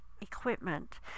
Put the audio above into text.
equipment